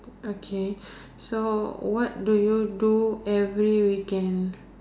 okay so what do you do every weekend